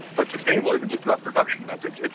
but sustainable isn't just about production methods,